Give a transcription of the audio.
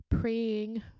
praying